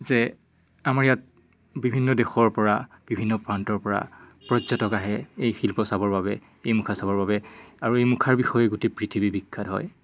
যে আমাৰ ইয়াত বিভিন্ন দেশৰ পৰা বিভিন্ন প্ৰান্তৰ পৰা পৰ্যটক আহে এই শিল্প চাবৰ বাবে এই মুখা চাবৰ বাবে আৰু এই মুখাৰ বিষয়ে গোটেই পৃথিৱী বিখ্যাত হয়